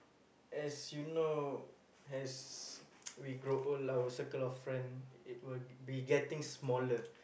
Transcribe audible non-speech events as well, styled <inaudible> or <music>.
as you know as <noise> we grow old our circle of friend it will be getting smaller